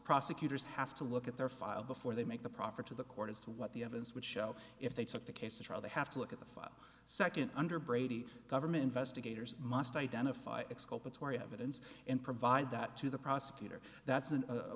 prosecutors have to look at their file before they make the proffer to the court as to what the evidence would show if they took the case to trial they have to look at the file second under brady government investigators must identify exculpatory evidence and provide that to the prosecutor that's